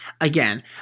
again